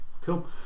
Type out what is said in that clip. Cool